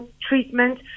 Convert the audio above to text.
treatment